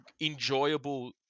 enjoyable